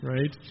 Right